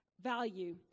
value